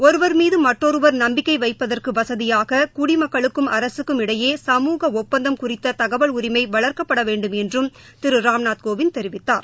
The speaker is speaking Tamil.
ஒருவர் மீது மற்றொருவர் நப்பிக்கை வைப்பதற்கு வசதியாக குடிமக்களுக்கும் அரகக்கும் இடையே சமூக ஒப்பந்தம் குறித்த தகவல் உரிமை வளர்க்கப்பட வேண்டும் என்றும் திரு ராம்நாத் கோவிந்த் தெரிவித்தார்